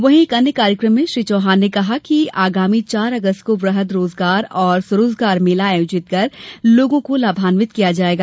वहीं एक अन्य कार्यक्रम मेँ श्री चौहान ने कहा कि आगामी चार अगस्त को वृहद रोजगार और स्वरोजगार मेला आयोजित कर लोगों को लाभान्वित किया जायेगा